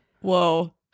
Whoa